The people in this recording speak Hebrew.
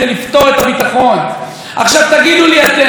שכל יום סופגים פיגועים של אבנים,